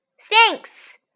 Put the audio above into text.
thanks